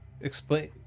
Explain